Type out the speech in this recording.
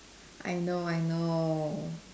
I know I know